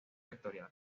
vectorial